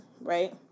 right